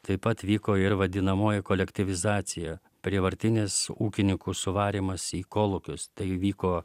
taip pat vyko ir vadinamoji kolektyvizacija prievartinis ūkininkų suvarymas į kolūkius tai vyko